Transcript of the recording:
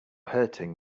hurting